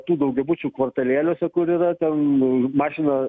tų daugiabučių kvartalėliuose kur yra ten mašina